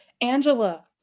Angela